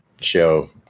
show